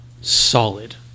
solid